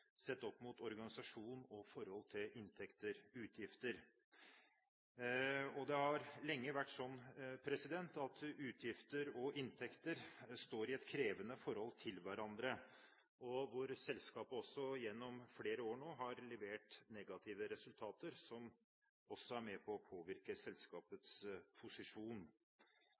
organisasjon og forholdet mellom inntekter og utgifter. Det har lenge vært sånn at utgifter og inntekter står i et krevende forhold til hverandre, og selskapet har gjennom flere år nå levert negative resultater, noe som også er med på å påvirke selskapets posisjon.